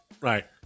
right